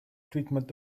treatment